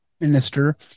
minister